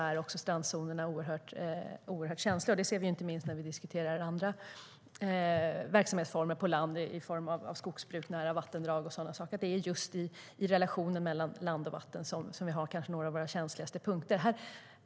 Det ser vi inte minst när vi diskuterar andra verksamhetsformer på land i form av till exempel skogsbruk nära vattendrag. Det är just i relationen mellan land och vatten som våra känsligaste punkter finns.